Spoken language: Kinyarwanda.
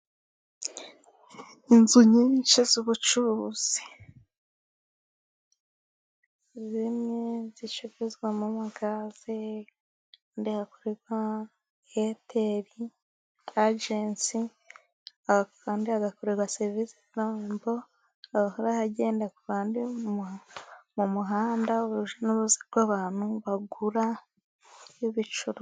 Inzu nyinshi z'ubucuruzi zimwe zicuruzwamo amagaze ahandi hakorerwa eyateri ajensi ahandi hagakorerwa serivisi zirembo hahora hagenda kuruhande mu muhanda urujya n'uruza rw'abantu bagura y'ibicuru...